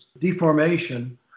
deformation